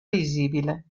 visibile